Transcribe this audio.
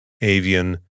avian